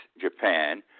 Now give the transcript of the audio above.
Japan